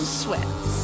sweats